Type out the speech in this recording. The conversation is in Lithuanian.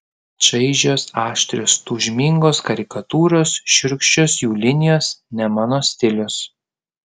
čaižios aštrios tūžmingos karikatūros šiurkščios jų linijos ne mano stilius